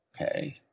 Okay